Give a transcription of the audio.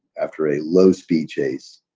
after a low speed chase.